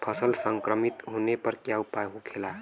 फसल संक्रमित होने पर क्या उपाय होखेला?